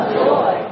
joy